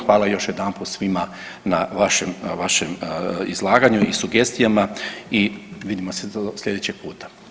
Hvala još jedanput svima na vašem izlaganju i sugestijama i vidimo se sljedećeg puta.